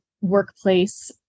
workplace